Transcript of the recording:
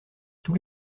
tous